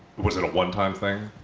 was it a one-time thing?